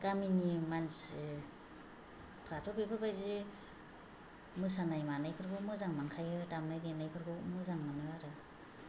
गामिनि मानसिफोराथ' बेफोरबायदि मोसानाय मानायफोरखौ मोजां मोनखायो दामनाय देनायफोरखौ मोजां मोनो आरो